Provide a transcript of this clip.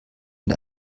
mit